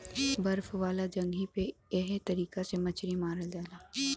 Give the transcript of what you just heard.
बर्फ वाला जगही पे एह तरीका से मछरी मारल जाला